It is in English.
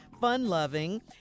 fun-loving